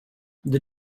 the